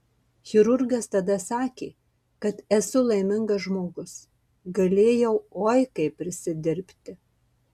chirurgas tada sakė kad esu laimingas žmogus galėjau oi kaip prisidirbti